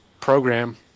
program